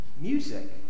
Music